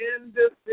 individually